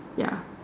ya